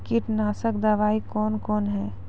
कीटनासक दवाई कौन कौन हैं?